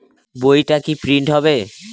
বইটা কি প্রিন্ট হবে?